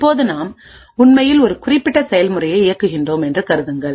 இப்போது நாம் உண்மையில் இந்த குறிப்பிட்ட செயல்முறையை இயக்குகிறோம் என்று கருதுங்கள்